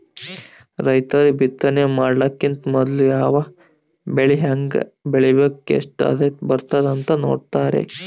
ರೈತರ್ ಬಿತ್ತನೆ ಮಾಡಕ್ಕಿಂತ್ ಮೊದ್ಲ ಯಾವ್ ಬೆಳಿ ಹೆಂಗ್ ಬೆಳಿಬೇಕ್ ಎಷ್ಟ್ ಆದಾಯ್ ಬರ್ತದ್ ಅಂತ್ ನೋಡ್ತಾರ್